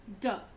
Duh